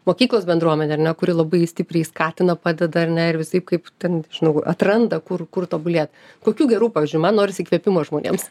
mokyklos bendruomenę ar ne kuri labai stipriai skatina padeda ar ne ir visaip kaip ten nežinau atranda kur kur tobulėt kokių gerų pavyzdžių man norisi įkvėpimo žmonėms